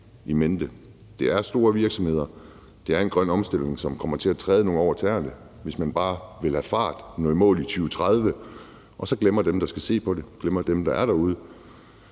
in mente. Det er store virksomheder, og det er en grøn omstilling, som kommer til at træde nogle over tæerne, hvis man bare vil have fart på og nå i mål i 2030 og så glemmer dem, der skal se på det, glemmer dem, der er derude.